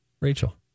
Rachel